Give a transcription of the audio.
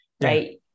right